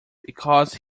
because